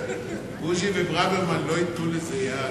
בוז'י וברוורמן לא ייתנו לזה יד.